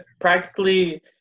practically